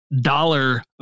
Dollar